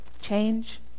change